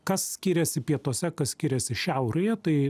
kas skiriasi pietuose kas skiriasi šiaurėje tai